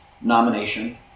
nomination